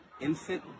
infant